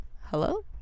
hello